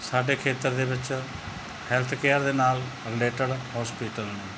ਸਾਡੇ ਖੇਤਰ ਦੇ ਵਿੱਚ ਹੈਲਥ ਕੇਅਰ ਦੇ ਨਾਲ ਰਿਲੇਟਡ ਹੋਸਪਿਟਲ ਨੇ